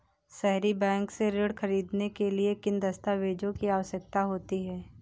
सहरी बैंक से ऋण ख़रीदने के लिए किन दस्तावेजों की आवश्यकता होती है?